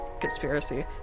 Conspiracy